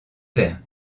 faire